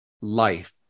life